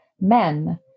men